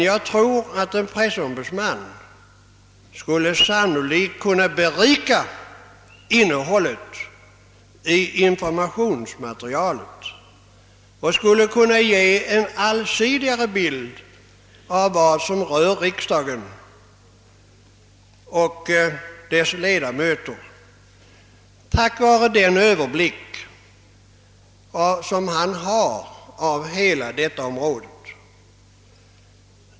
Jag tror att en pressombudsman sannolikt skulle kunna berika innehållet i informationsmaterialet och skulle kunna ge en mera allsidig bild av vad som rör riksdagen och dess ledamöter tack vare den överblick som han har över hela detta område.